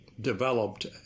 developed